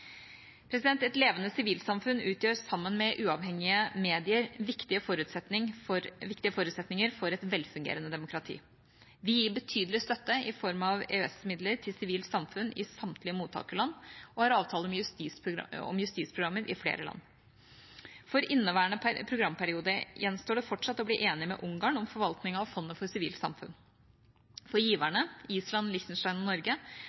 Et levende sivilsamfunn utgjør sammen med uavhengige medier viktige forutsetninger for et velfungerende demokrati. Vi gir betydelig støtte i form av EØS-midler til sivilt samfunn i samtlige mottakerland, og har avtale om justisprogrammer i flere land. For inneværende programperiode gjenstår det fortsatt å bli enig med Ungarn om forvaltningen av fondet for sivilt samfunn. For giverne, Island, Liechtenstein og Norge,